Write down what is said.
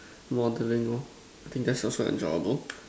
modelling lor I think that's also enjoyable